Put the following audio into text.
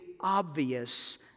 obvious